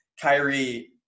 Kyrie